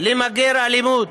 למגר את אלימות,